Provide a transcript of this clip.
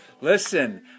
Listen